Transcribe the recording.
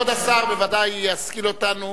כבוד השר בוודאי ישכיל אותנו.